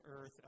earth